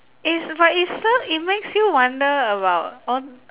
it's but it ser~ it makes you wonder about all